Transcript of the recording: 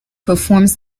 performs